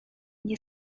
nie